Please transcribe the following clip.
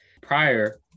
Prior